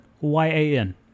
Y-A-N